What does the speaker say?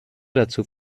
dazu